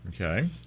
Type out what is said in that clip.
Okay